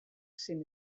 zen